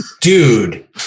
dude